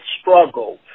struggle